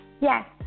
Yes